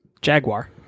Jaguar